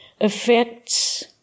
affects